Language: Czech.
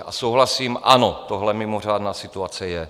A souhlasím, ano, tohle mimořádná situace je.